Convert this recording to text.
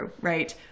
right